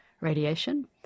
radiation